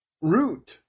root